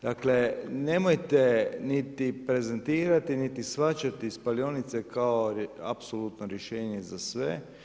Dakle, nemojte niti prezentirati niti shvaćati spalionice kao apsolutno rješenje za sve.